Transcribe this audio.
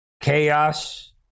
chaos